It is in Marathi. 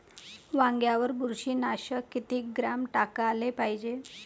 वांग्यावर बुरशी नाशक किती ग्राम टाकाले पायजे?